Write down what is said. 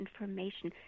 information